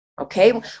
Okay